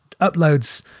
uploads